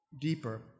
deeper